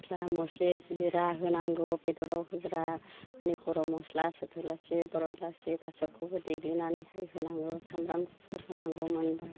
मस्ला मस्लि जिरा होनांगौ बेदराव होग्रा मानि गरम मस्ला सथ'इलासि बर'इलासि गासिबखौबो देग्लिनानै होनांगौ सामब्रामफोर होनांगौ मोनबा